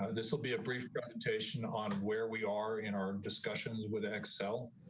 ah this will be a brief presentation on where we are in our discussions with excel.